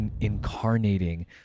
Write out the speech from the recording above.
incarnating